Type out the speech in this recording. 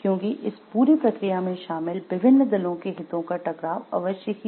क्योंकि इस पूरी प्रक्रिया में शामिल विभिन्न दलों के हितों का टकराव अवश्य ही होगा